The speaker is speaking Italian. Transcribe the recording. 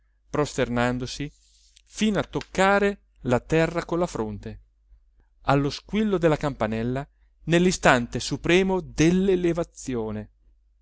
prosternandosi fino a toccare la terra con la fronte allo squillo della campanella nell'istante supremo dell'elevazione